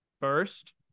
First